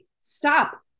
stop